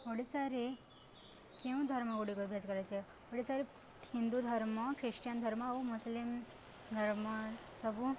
ଓଡ଼ିଶାରେ କେଉଁ ଧର୍ମ ଗୁଡ଼ିକ ଅଭ୍ୟାସ କରାଯାଏ ଓଡ଼ିଶାରେ ହିନ୍ଦୁ ଧର୍ମ ଖ୍ରୀଷ୍ଟିୟାନ ଧର୍ମ ଓ ମୁସଲିମ ଧର୍ମ ସବୁ